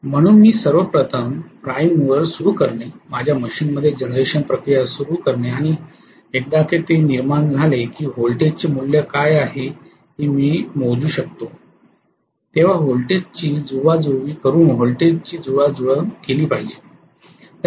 म्हणून मी सर्वप्रथम प्राईम मूव्हर सुरू करणे माझ्या मशीनमध्ये जनरेशन प्रक्रिया सुरू करणे आणि एकदा का ते निर्माण झाले की व्होल्टेजचे मूल्य काय आहे हे मी मोजू शकतो तेव्हा व्होल्टेजची जुळवाजुळती करून व्होल्टेजची जुळवाजुळव केली पाहिजे